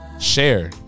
share